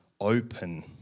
open